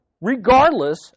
regardless